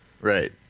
Right